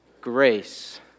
grace